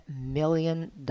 million